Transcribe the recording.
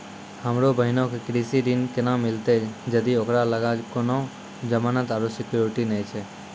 हमरो बहिनो के कृषि ऋण केना मिलतै जदि ओकरा लगां कोनो जमानत आरु सिक्योरिटी नै छै?